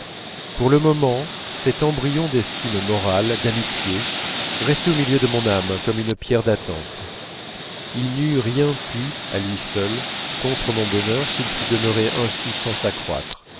pour le moment cet embryon d'estime morale d'amitié restait au milieu de mon âme comme une pierre d'attente il n'eût rien pu à lui seul contre mon bonheur s'il fût demeuré ainsi sans s'accroître